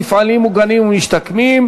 מפעלים מוגנים ומשתקמים),